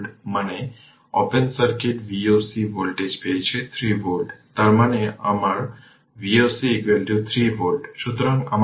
সুতরাং যদি current division এর জন্য যান তবে t এর পরিপ্রেক্ষিতে রাখলে কোন ব্যাপার না i t 1 1 4 i L t